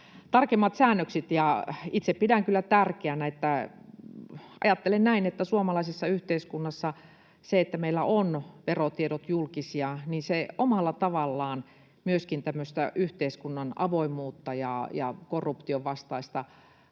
tarkemmat säännökset. Itse pidän kyllä tärkeänä, ajattelen näin, että suomalaisessa yhteiskunnassa se, että meillä ovat verotiedot julkisia, omalla tavallaan myöskin yhteiskunnan avoimuutta ja korrup-tion vastaista